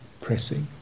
pressing